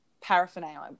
paraphernalia